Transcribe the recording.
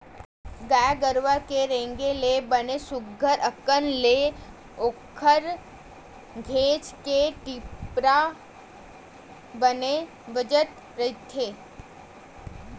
गाय गरुवा के रेगे ले बने सुग्घर अंकन ले ओखर घेंच के टेपरा बने बजत रहिथे